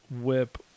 whip